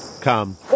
come